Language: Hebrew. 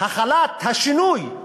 החלת השינוי,